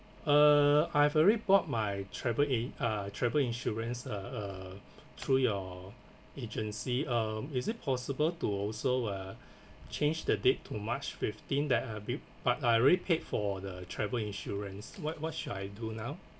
uh I've already bought my travel in~ uh travel insurance uh uh through your agency um is it possible to also uh change the date to march fifteen that a bit but I already paid for the travel insurance what what should I do now